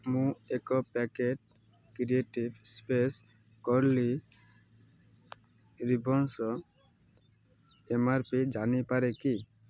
ମୁଁ ଏକ packet creative space curly ribbons M R P ଜାଣିପାରେ କି